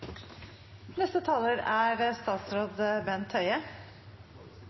neste taler er